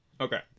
Okay